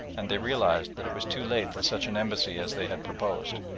and they realised that it was too late for such an embassy as they had proposed.